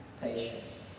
patience